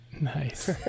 Nice